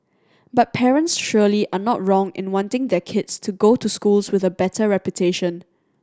but parents surely are not wrong in wanting their kids to go to schools with a better reputation